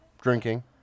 drinking